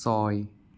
ছয়